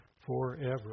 forever